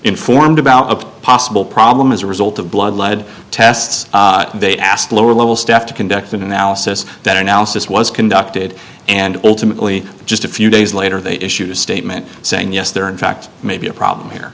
informed about a possible problem as a result of blood lead tests they asked lower level staff to conduct an analysis that analysis was conducted and ultimately just a few days later they issued a statement saying yes there are in fact maybe a problem here